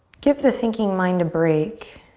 give the thinking mind a break,